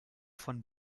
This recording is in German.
von